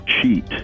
cheat